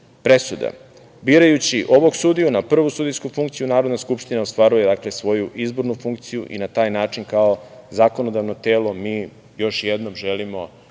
presuda. Birajući ovog sudiju na prvu sudijsku funkciju Narodna skupština ostvaruje svoju izbornu funkciju i na taj način kao zakonodavno telo mi još jednom želimo